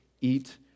eat